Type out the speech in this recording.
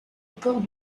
port